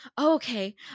okay